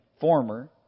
former